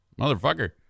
Motherfucker